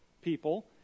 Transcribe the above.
people